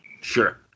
Sure